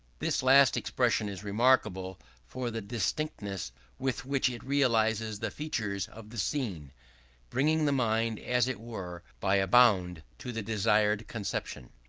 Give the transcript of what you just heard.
this last expression is remarkable for the distinctness with which it realizes the features of the scene bringing the mind, as it were, by a bound to the desired conception.